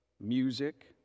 music